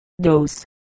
Dose